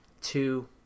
two